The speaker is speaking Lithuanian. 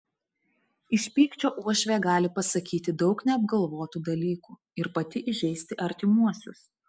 iš pykčio uošvė gali pasakyti daug neapgalvotų dalykų ir pati įžeisti artimuosius